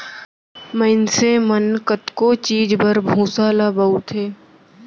मनसे मन कतको चीज बर भूसा ल बउरथे